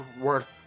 worth